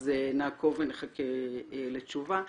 אז נעקוב ונחכה לתשובה.